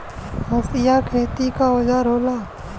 हंसिया खेती क औजार होला